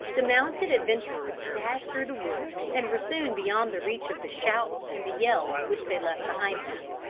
the mounted adventurers dashed through the woods and were soon beyond the reach of the shouts and the yells which they left behind them.